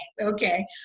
Okay